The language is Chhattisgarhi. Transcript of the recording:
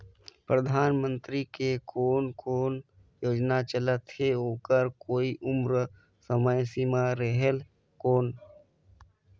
परधानमंतरी के कोन कोन योजना चलत हे ओकर कोई उम्र समय सीमा रेहेल कौन?